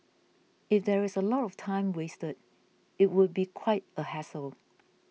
if there is a lot of time wasted it would be quite a hassle